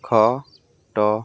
ଖଟ